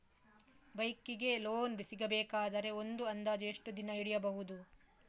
Bike ಗೆ loan ಸಿಗಬೇಕಾದರೆ ಒಂದು ಅಂದಾಜು ಎಷ್ಟು ದಿನ ಹಿಡಿಯಬಹುದು?